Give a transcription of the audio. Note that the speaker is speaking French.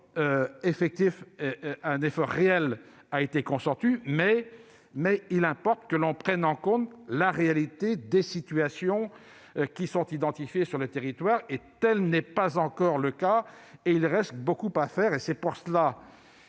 égard : un effort réel a été consenti -, mais il importe que l'on prenne en compte la réalité des situations identifiées sur les territoires ; or tel n'est pas encore le cas. Il reste beaucoup à faire et il est